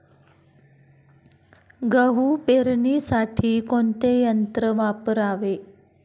गहू पेरणीसाठी कोणते यंत्र वापरावे?